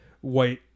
white